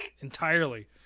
entirely